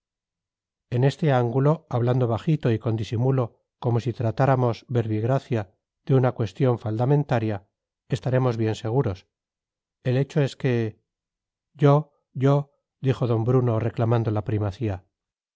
en este ángulo hablando bajito y con disimulo como si tratáramos verbigracia de una cuestión faldamentaria estaremos bien seguros el hecho es que yo yo dijo d bruno reclamando la primacía